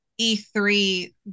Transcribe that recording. e3